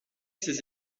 ses